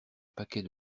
paquet